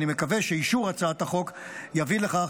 ואני מקווה שאישור הצעת החוק יביא לכך